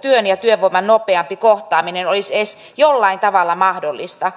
työn ja työvoiman nopeampi kohtaaminen olisi edes jollain tavalla mahdollista